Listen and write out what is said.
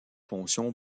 fonction